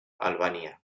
albania